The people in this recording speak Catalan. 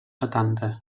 setanta